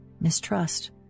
mistrust